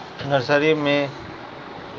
nursery के हिंदी में पौधशाला कहल जाला